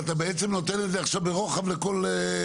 אבל אתה בעצם את זה עכשיו ברוחב להכל.